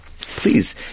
Please